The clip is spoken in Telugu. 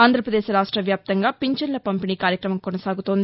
ఆంధ్రాపదేశ్ రాష్ట వ్యాప్తంగా పింఛన్ల పంపిణీ కార్యక్రమం కొనసాగుతోంది